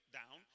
down